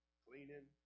cleaning